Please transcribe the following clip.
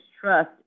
trust